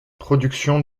production